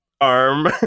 arm